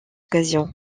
occasion